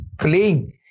playing